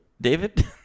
david